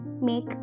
make